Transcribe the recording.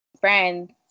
friends